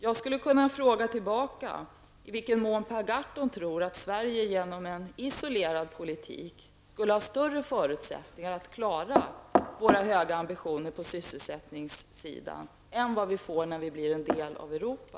Jag vill fråga Per Gahrton i vilken mån Per Gahrton tror att vi i Sverige genom en isolerad politik skulle ha större förutsättningar att klara våra höga ambitioner på sysselsättningsområdet än vi får när vi blir en del av Europa.